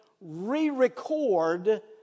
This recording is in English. re-record